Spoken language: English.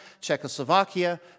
Czechoslovakia